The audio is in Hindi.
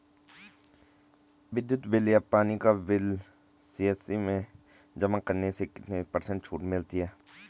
विद्युत बिल या पानी का बिल सी.एस.सी में जमा करने से कितने पर्सेंट छूट मिलती है?